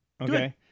Okay